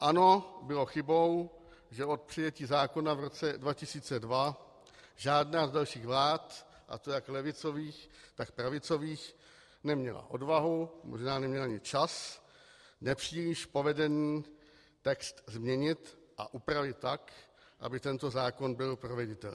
Ano, bylo chybou, že od přijetí zákona v roce 2002 žádná z dalších vlád, a to jak levicových, tak pravicových, neměla odvahu, možná neměla ani čas nepříliš povedený text změnit a upravit tak, aby tento zákon byl proveditelný.